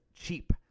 cheap